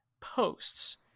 posts